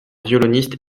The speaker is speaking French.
violoniste